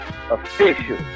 Official